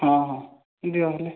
ହଁ ହଁ ଦିଅ ହେଲେ